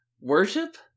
Worship